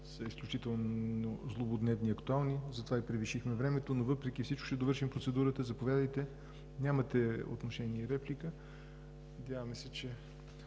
са изключително злободневни и актуални, затова и превишихме времето, но въпреки всичко ще довършим процедурата. Заповядайте. Нямате отношение и реплика. Надявам се, че